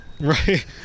Right